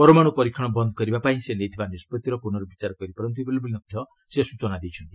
ପରମାଣୁ ପରୀକ୍ଷଣ ବନ୍ଦ କରିବା ପାଇଁ ସେ ନେଇଥିବା ନିଷ୍କଭିର ପୁନର୍ବଚାର କରିପାରନ୍ତି ବୋଲି ମଧ୍ୟ ସେ ସୂଚନା ଦେଇଛନ୍ତି